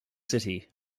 city